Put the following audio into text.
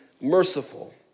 merciful